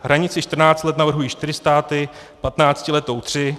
Hranici 14 let navrhují čtyři státy, patnáctiletou tři.